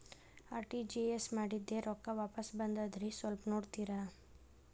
RTGS ಮಾಡಿದ್ದೆ ರೊಕ್ಕ ವಾಪಸ್ ಬಂದದ್ರಿ ಸ್ವಲ್ಪ ನೋಡ್ತೇರ?